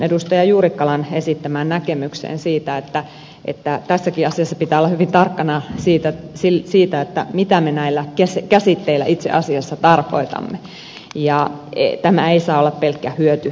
juurikkalan esittämään näkemykseen siitä että tässäkin asiassa pitää olla hyvin tarkkana siitä mitä me näillä käsitteillä itse asiassa tarkoitamme ja tämä ei saa olla pelkkä hyötynäkökulma